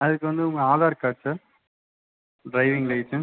அதுக்கு வந்து உங்கள் Aadhaar card sir driving licence